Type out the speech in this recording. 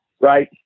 right